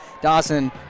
Dawson